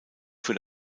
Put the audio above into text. für